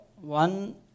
one